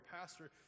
pastor